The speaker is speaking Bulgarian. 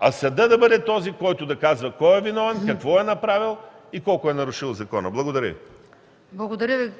а съдът да бъде този, който да казва кой е виновен, какво е направил и колко е нарушил закона. Благодаря Ви. ПРЕДСЕДАТЕЛ МАЯ МАНОЛОВА: Благодаря Ви,